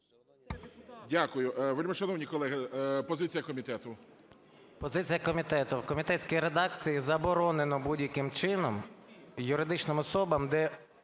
Дякую. Вельмишановні колеги, позиція комітету. 13:54:33 СОЛЬСЬКИЙ М.Т. Позиція комітету. В комітетській редакції заборонено будь-яким чином юридичним особам, де